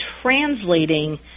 translating